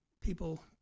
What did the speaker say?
people